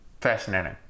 Fascinating